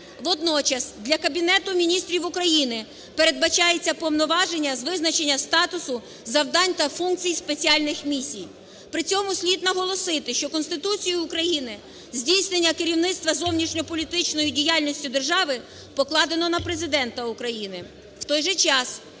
Водночас для Кабінету Міністрів України передбачається повноваження з визначення статусу завдань та функцій спеціальних місій. При цьому слід наголосити, що Конституцією України здійснення керівництва зовнішньополітичної діяльності держави покладено на Президента України.